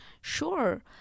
Sure